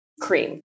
cream